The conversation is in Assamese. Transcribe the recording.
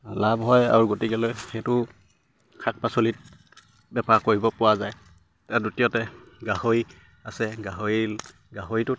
লাভ হয় আৰু গতিকেলৈ সেইটো শাক পাচলিত বেপাৰ কৰিব পৰা যায় দ্বিতীয়তে গাহৰি আছে গাহৰি গাহৰিটোত